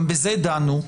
גם בזה דנו.